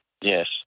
Yes